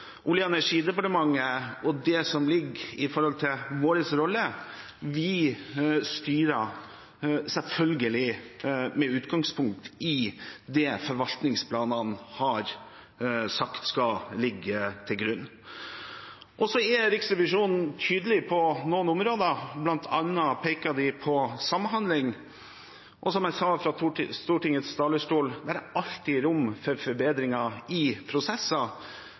Det er selvfølgelig Olje- og energidepartementets rolle å styre med utgangspunkt i det som ligger til grunn i forvaltningsplanene. Så er Riksrevisjonen tydelig på noen områder, bl.a. peker de på samhandling. Og som jeg sa fra Stortingets talerstol: Det er alltid rom for forbedringer i prosesser,